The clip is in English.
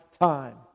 time